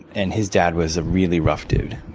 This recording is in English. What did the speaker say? and his dad was a really rough dude.